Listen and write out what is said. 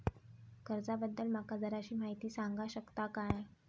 कर्जा बद्दल माका जराशी माहिती सांगा शकता काय?